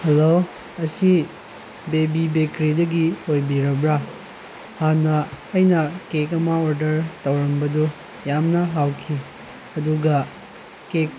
hello ꯑꯁꯤ baby ꯕꯦꯀ꯭ꯔꯤꯗꯒꯤ ꯑꯣꯏꯕꯤꯔꯕ꯭ꯔ ꯍꯥꯟꯅ ꯑꯩꯅ ꯀꯦꯛ ꯑꯃ ꯑꯣꯔꯗꯔ ꯇꯧꯔꯝꯕꯗꯨ ꯌꯥꯝꯅ ꯍꯥꯎꯈꯤ ꯑꯗꯨꯒ ꯀꯦꯛ